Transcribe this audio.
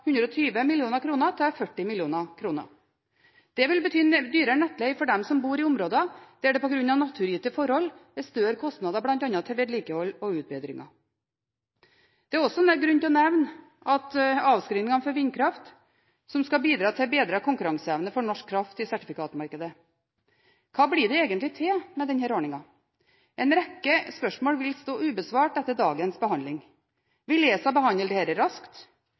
120 mill. kr til 40 mill. kr. Det vil bety dyrere nettleie for dem som bor i områder der det på grunn av naturgitte forhold er større kostnader, bl.a. til vedlikehold og utbedringer. Det er også grunn til å nevne avskrivningen for vindkraft, som skal bidra til bedret konkurranseevne for norsk kraft til sertifikatmarkedet. Hva blir det egentlig til med denne ordningen? En rekke spørsmål vil stå ubesvart etter dagens behandling. Vil ESA behandle dette raskt? Kan en forvente at det